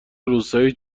روستایی